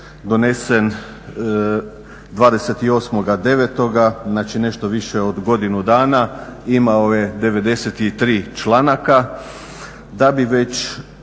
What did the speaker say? donesen 28.09., znači nešto više od godinu dana, imao je 93 članaka,